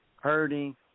hurting